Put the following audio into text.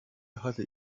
hatte